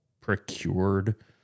procured